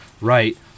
right